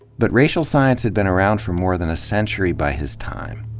but racial science had been around for more than a century by his time.